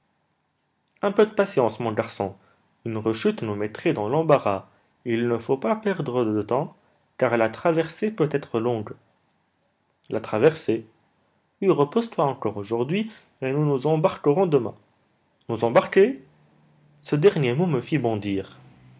un peu de patience mon garçon une rechute nous mettrait dans l'embarras et il ne faut pas perdre de temps car la traversée peut être longue la traversée oui repose-toi encore aujourd'hui et nous nous embarquerons demain nous embarquer ce dernier mot me fit bondir